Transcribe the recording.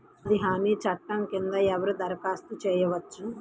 ఉపాధి హామీ చట్టం కింద ఎవరు దరఖాస్తు చేసుకోవచ్చు?